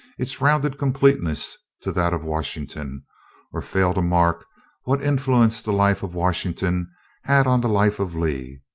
its rounded completeness, to that of washington or fail to mark what influence the life of washington had on the life of lee.